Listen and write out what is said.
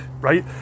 right